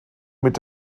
mit